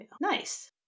nice